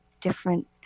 different